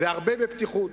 ובהרבה פתיחות.